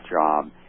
job